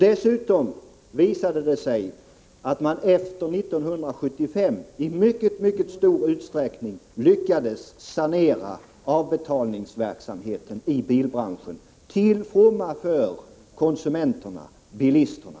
Dessutom har det visat sig att man sedan 1975 i mycket stor utsträckning har lyckats sanera avbetalningsverksamheten i bilbranschen — till fromma för konsumenterna, alltså bilisterna.